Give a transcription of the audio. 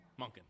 Monken